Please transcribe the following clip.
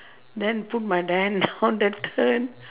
then put my the hand down then turn